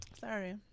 sorry